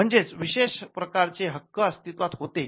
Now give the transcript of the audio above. म्हणजेच विशेष प्रकारचे हक्क अस्तित्वात होते